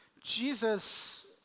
Jesus